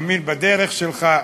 מאמין בדרך שלך,